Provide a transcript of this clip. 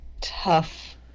tough